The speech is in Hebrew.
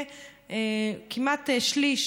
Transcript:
כמעט שליש